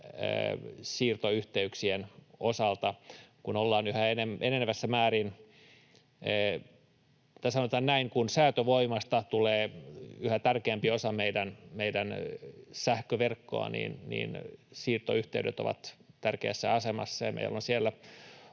siirtoyhteyksien osalta, kun ollaan yhä enenevässä määrin... Tai sanotaan näin, että kun säätövoimasta tulee yhä tärkeämpi osa meidän sähköverkkoamme, siirtoyhteydet ovat tärkeässä asemassa. Meillä on siellä